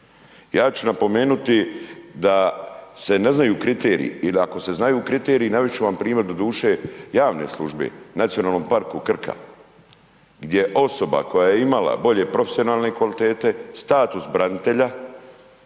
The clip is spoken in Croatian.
Ja ću napomenuti da se ne znaju kriteriji ili ako se znaju kriteriji, navest ću vam primjer doduše javne službe, NP Krka gdje osoba koja je imala bolje profesionalne kvalitete, status branitelja,